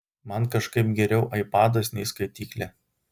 man kažkaip geriau aipadas nei skaityklė